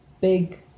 big